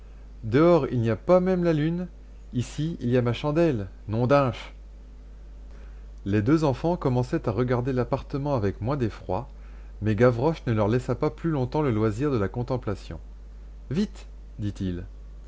dehors il n'y a pas même la lune ici il y a ma chandelle nom d'unch les deux enfants commençaient à regarder l'appartement avec moins d'effroi mais gavroche ne leur laissa pas plus longtemps le loisir de la contemplation vite dit-il